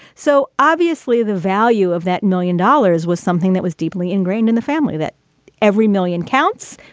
so obviously, the value of that million dollars was something that was deeply ingrained in the family, that every million counts.